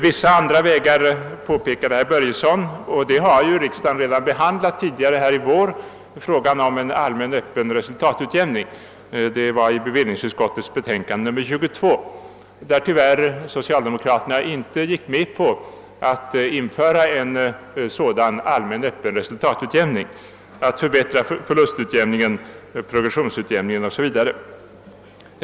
Vissa andra vägar pekade herr Börjesson på, och riksdagen har redan tidigare i vår behandlat frågan om en allmän öppen resultatutjämning. Den frågan behandlades i bevillningsutskottets betänkande nr 22. Då avstyrkte emellertid socialdemokraterna i bevillningsutskottet förslaget om införandet av en allmän öppen resultatutjämning, förbättrad förlustutjämning, produktionsutjämning, osv.